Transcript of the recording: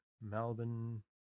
Melbourne